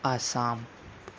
Assam